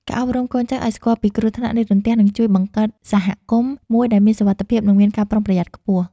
ការអប់រំកូនចៅឱ្យស្គាល់ពីគ្រោះថ្នាក់នៃរន្ទះនឹងជួយបង្កើតសហគមន៍មួយដែលមានសុវត្ថិភាព និងមានការប្រុងប្រយ័ត្នខ្ពស់។